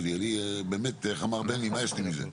מצד שני, כמדינה, יש לנו תור